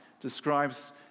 describes